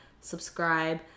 subscribe